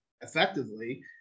effectively